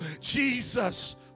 Jesus